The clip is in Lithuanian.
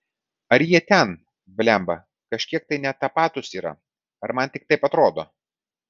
ar jie ten blemba kažkiek tai ne tapatūs yra ar man tik taip atrodo